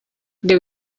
they